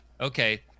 Okay